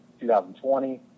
2020